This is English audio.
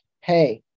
Hey